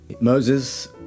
Moses